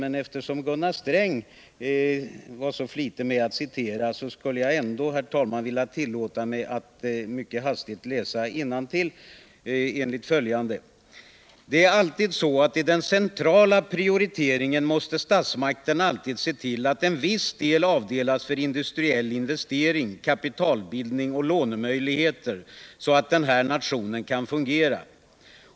Men eftersom Gunnar Sträng var så flitig med att citera tillåter jag mig ändå, herr talman, att mycket hastigt läsa innantill: ”Det är alltid så att i den centrala prioriteringen måste statsmakterna alltid se till att en viss del avdelas för industriell investering, kapitalbildning och lånemöjligheter så att den här nationen kan fungera.